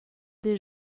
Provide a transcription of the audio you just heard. des